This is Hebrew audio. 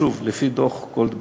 שוב, לפי דוח גולדברג.